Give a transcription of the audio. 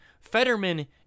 Fetterman